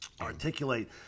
articulate